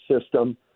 system